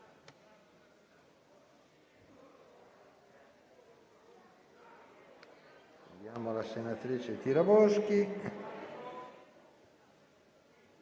Grazie